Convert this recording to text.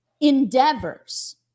endeavors